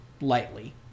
Lightly